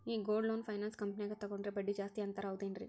ಈ gold loan finance ಕಂಪನ್ಯಾಗ ತಗೊಂಡ್ರೆ ಬಡ್ಡಿ ಜಾಸ್ತಿ ಅಂತಾರ ಹೌದೇನ್ರಿ?